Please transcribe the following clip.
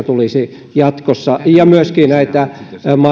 tulisi jatkossa mael sopimuksia ja että näitä mael